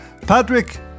Patrick